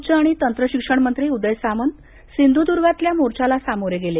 उच्च आणि तंत्र शिक्षण मंत्री उदय सामंत सिंधुद्गातल्या मोर्चाला सामोरे गेले